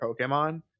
Pokemon